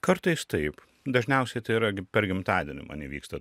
kartais taip dažniausiai tai yra per gimtadienį man įvyksta